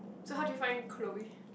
so how do you find Chloe